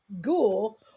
ghoul